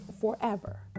forever